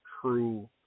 true